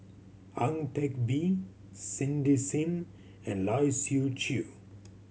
Ang Teck Bee Cindy Sim and Lai Siu Chiu